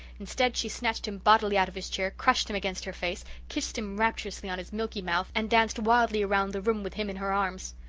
instead she snatched him bodily out of his chair, crushed him against her face, kissed him rapturously on his milky mouth, and danced wildly around the room with him in her arms.